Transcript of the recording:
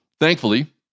Thankfully